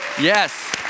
Yes